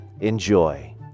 enjoy